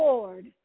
Lord